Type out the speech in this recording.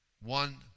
one